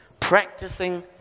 practicing